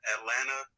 Atlanta